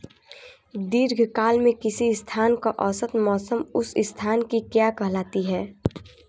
दीर्घकाल में किसी स्थान का औसत मौसम उस स्थान की क्या कहलाता है?